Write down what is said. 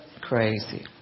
crazy